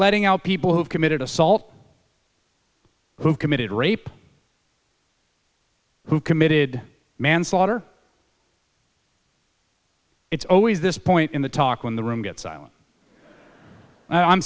letting out people who have committed assault who committed rape who committed manslaughter it's always this point in the talk when the room gets i